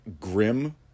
grim